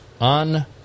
on